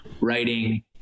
writing